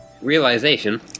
Realization